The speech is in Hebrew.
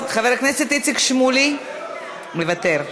חבר הכנסת איציק שמולי, מוותר.